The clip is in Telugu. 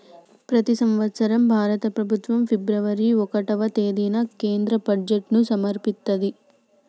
ప్రతి సంవత్సరం భారత ప్రభుత్వం ఫిబ్రవరి ఒకటవ తేదీన కేంద్ర బడ్జెట్ను సమర్పిత్తది